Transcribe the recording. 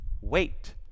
wait